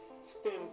stems